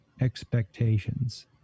expectations